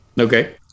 Okay